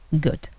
good